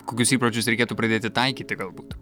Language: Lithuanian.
kokius įpročius reikėtų pradėti taikyti galbūt